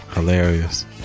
Hilarious